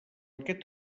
aquest